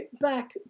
back